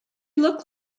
look